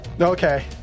Okay